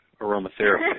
aromatherapy